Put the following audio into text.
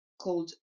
called